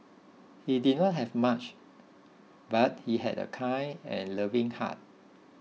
he did not have much but he had a kind and loving heart